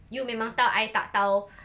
you memang tahu I tak tahu